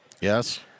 Yes